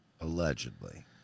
Allegedly